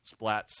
splats